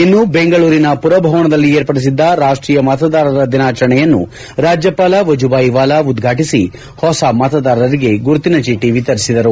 ಇನ್ನು ಬೆಂಗಳೂರಿನ ಪುರಭವನದಲ್ಲಿ ಏರ್ಪಡಿಸಿದ್ದ ರಾಷ್ಷೀಯ ಮತದಾರರ ದಿನಾಚರಣೆಯನ್ನು ರಾಜ್ಯಪಾಲ ವಜುಬಾಯಿ ವಾಲಾ ಉದ್ವಾಟಿಸಿ ಹೊಸ ಮತದಾರರಿಗೆ ಗುರುತಿನ ಚೀಟಿ ವಿತರಿಸಿದರು